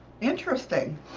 Interesting